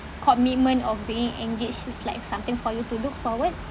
commitment of being engaged is like something for you to look forward